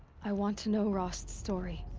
i want to know rost's story.